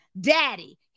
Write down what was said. Daddy